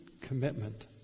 commitment